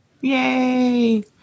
Yay